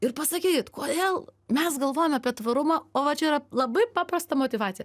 ir pasakykit kodėl mes galvojame apie tvarumą o va čia yra labai paprasta motyvacija